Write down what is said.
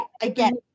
again